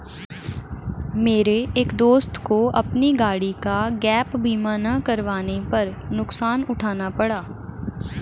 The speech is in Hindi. मेरे एक दोस्त को अपनी गाड़ी का गैप बीमा ना करवाने पर नुकसान उठाना पड़ा